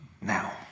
now